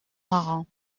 marins